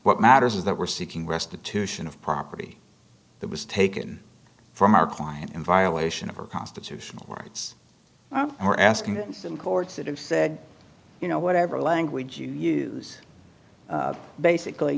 what matters is that we're seeking restitution of property that was taken from our client in violation of our constitutional rights are asking us in courts that have said you know whatever language you use basically